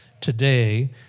today